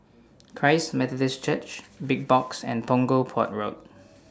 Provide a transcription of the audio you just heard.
Christ Methodist Church Big Box and Punggol Port Road